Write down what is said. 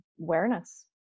awareness